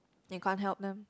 they can't help them